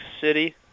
City